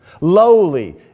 Lowly